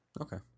Okay